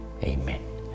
amen